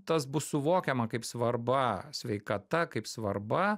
tas bus suvokiama kaip svarba sveikata kaip svarba